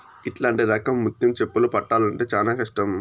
ఇట్లాంటి రకం ముత్యం చిప్పలు పట్టాల్లంటే చానా కష్టం